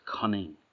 cunning